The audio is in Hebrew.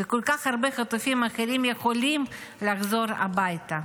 וכל כך הרבה חטופים יכולים לחזור הביתה.